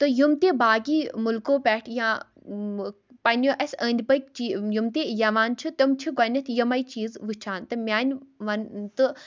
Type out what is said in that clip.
تہٕ یِم تہِ باقٕے مُلکو پٮ۪ٹھ یا پَنٕنہِ اَسہِ أنٛدۍ پٔکۍ یِم تہِ یوان چھِ تِم چھِ گۄڈٕنٮ۪تھ یِمَے چیٖز وُچھان تہٕ میٛانہِ وَن تہٕ